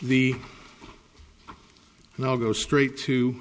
the and i'll go straight to